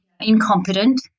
incompetent